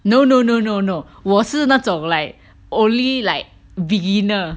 no no no no no 我是那种 like only like beginner